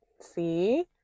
see